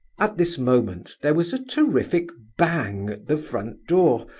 at this moment there was a terrific bang at the front door,